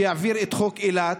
שיעביר את חוק אילת,